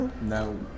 No